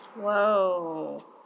Whoa